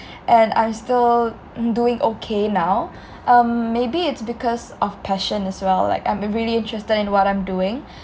and I'm still mm doing okay now um maybe it's because of passion as well like I'm really interested in what I'm doing